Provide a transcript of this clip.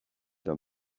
d’un